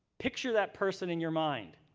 picture that person in your mind.